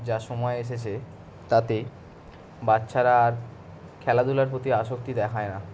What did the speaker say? যা সময় এসেছে তাতে বাচ্চারা আর খেলাধুলার প্রতি আসক্তি দেখায় না